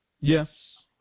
Yes